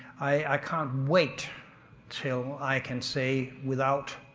i can't wait till i can say without.